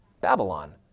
Babylon